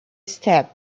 step